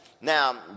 Now